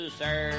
sir